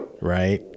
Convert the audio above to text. right